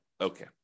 Okay